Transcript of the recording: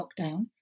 lockdown